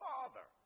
Father